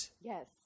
yes